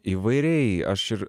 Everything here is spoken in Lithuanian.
įvairiai aš ir